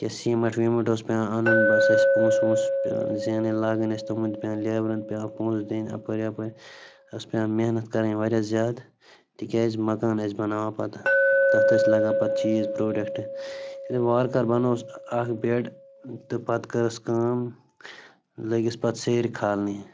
کہ سیٖمَٹھ ویٖمَٹھ اوس پٮ۪وان اَنُن بَس ٲسۍ پونٛسہٕ وونٛسہٕ زینٕنۍ لاگٕنۍ ٲسۍ تِمَن تہِ پٮ۪وان لیبرَن پٮ۪وان پونٛسہٕ دِنۍ اَپٲرۍ یپٲرۍ ٲس پٮ۪وان محنت کَرٕنۍ واریاہ زیادٕ تِکیٛازِ مکان ٲسۍ بناوان پَتہٕ تَتھ ٲسۍ لگان پَتہٕ چیٖز پرٛوڈَکٹ ییٚلہِ وارٕ کارٕ بنووُس اکھ بٮ۪ڈ تہٕ پَتہٕ کٔرٕس کٲم لٔگِس پَتہٕ سیرِ کھالنہِ